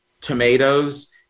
tomatoes